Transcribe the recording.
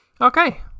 Okay